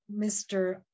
Mr